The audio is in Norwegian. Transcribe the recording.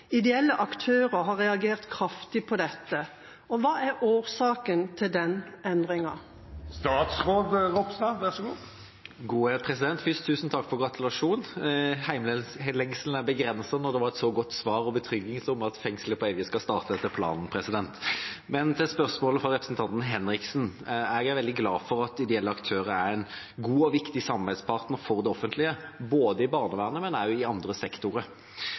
Ideelle aktører har reagert kraftig på dette. Hva er årsaken til denne endringen?» Først: Tusen takk for gratulasjonen. Hjemlengselen er begrenset når det var et så godt svar og en betryggelse om at fengselet på Evje skal starte etter planen. Men til spørsmålet fra representanten Henriksen: Jeg er veldig glad for at ideelle aktører er en god og viktig samarbeidspartner for det offentlige, ikke bare i barnevernet, men også i andre sektorer.